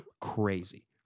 crazy